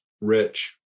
Rich